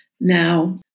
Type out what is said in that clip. now